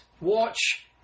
watch